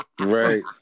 Right